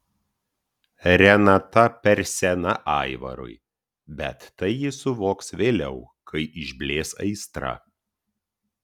renata per sena aivarui bet tai jis suvoks vėliau kai išblės aistra